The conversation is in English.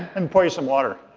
and pour you some water.